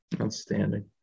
Outstanding